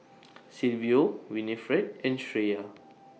Silvio Winnifred and Shreya